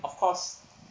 of course